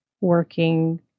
working